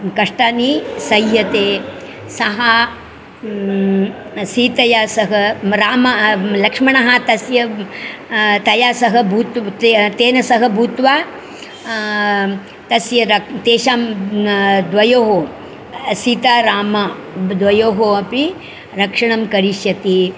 कष्टानि सह्यते सः सीतया सह रामः लक्ष्मणः तस्य तया सह अभूत् ते तेन सह भूत्वा तस्य द तेषां द्वयोः सीतारामौ द्वयोः अपि रक्षणं करिष्यति